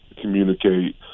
communicate